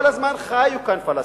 כל הזמן חיו כאן פלסטינים.